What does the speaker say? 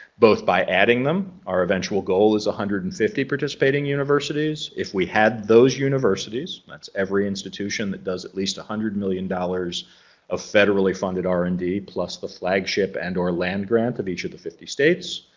both by adding them. our eventual goal is a hundred and fifty participating universities. if we had those universities, that's every institution that does at least a hundred million dollars of federally funded r and d plus the flagship and or land-grant of each of the fifty states,